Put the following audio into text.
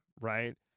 right